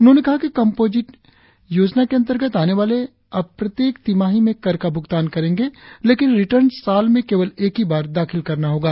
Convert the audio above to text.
उन्होंने कहा कि कम्पोजिट योजना के अंतर्गत आने वाले अब प्रत्येक तिमाही में कर का भुगतान करेंगे लेकिन रिर्टन साल में केवल एक ही बार दाखिल करना होगा